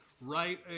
right